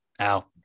Ow